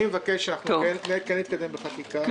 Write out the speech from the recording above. אני מבקש שאנחנו נתקדם בחקיקה,